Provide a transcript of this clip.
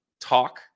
talk